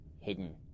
Hidden